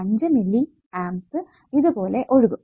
5 milliamps ഇത് പോലെ ഒഴുകും